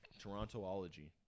Torontoology